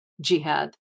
jihad